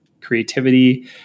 creativity